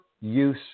use